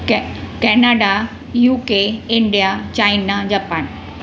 के Canada U K India China Japan